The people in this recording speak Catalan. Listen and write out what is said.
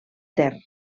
ter